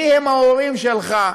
מיהם ההורים שלך,